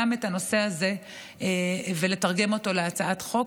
גם את הנושא הזה ולתרגם אותו להצעת חוק.